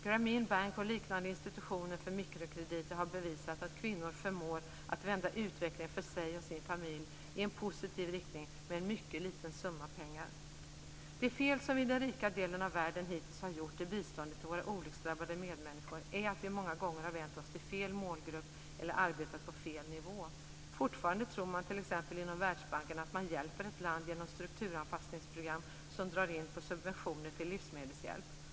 Grameen Bank och liknande institutioner för mikrokrediter har bevisat att kvinnor förmår att vända utvecklingen för sig och sin familj i en positiv riktning med en mycket liten summa pengar. Det fel som vi i den rika delen av världen hittills har gjort i biståndet till våra olycksdrabbade medmänniskor är att vi många gånger har vänt oss till fel målgrupp eller arbetat på fel nivå. Fortfarande tror man t.ex. inom Världsbanken att man hjälper ett land genom strukturanpassningsprogram som drar in på subventioner till livsmedelshjälp.